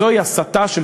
והחקיקה,